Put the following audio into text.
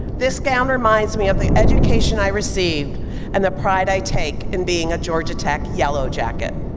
this gown reminds me of the education i received and the pride i take in being a georgia tech yellow jacket.